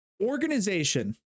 organization